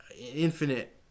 infinite